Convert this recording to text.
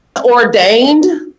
ordained